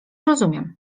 rozumiem